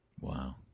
Wow